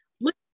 look